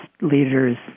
leaders